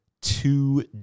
Two